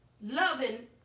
loving